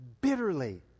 bitterly